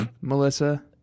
Melissa